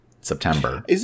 September